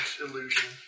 illusion